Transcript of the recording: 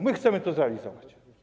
My chcemy to zrealizować.